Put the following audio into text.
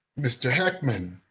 mr. heckman?